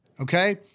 okay